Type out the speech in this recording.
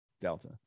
Delta